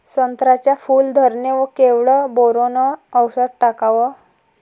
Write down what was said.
संत्र्याच्या फूल धरणे वर केवढं बोरोंन औषध टाकावं?